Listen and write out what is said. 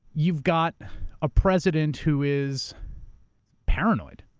you've got a president who is paranoid,